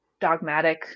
dogmatic